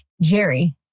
Jerry